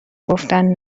گفتن